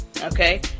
okay